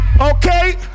Okay